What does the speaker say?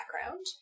background